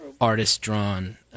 artist-drawn